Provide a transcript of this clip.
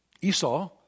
Esau